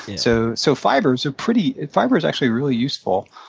so so fiber is a pretty fiber is actually really useful.